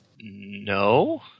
No